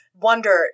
wonder